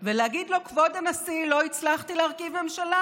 ולהגיד לו: כבוד הנשיא, לא הצלחתי להרכיב ממשלה,